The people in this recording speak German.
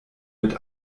mit